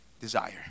desire